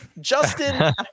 Justin